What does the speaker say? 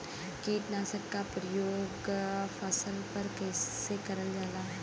कीटनाशक क प्रयोग फसल पर कइसे करल जाला?